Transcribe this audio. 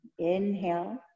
Inhale